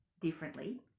differently